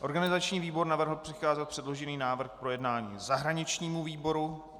Organizační výbor navrhl přikázat předložený návrh k projednání zahraničnímu výboru.